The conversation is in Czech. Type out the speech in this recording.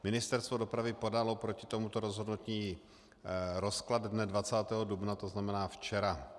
Ministerstvo dopravy podalo proti tomuto rozhodnutí rozklad dne 20. dubna, to znamená včera.